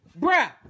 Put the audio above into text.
bruh